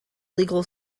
legal